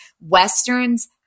westerns